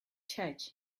church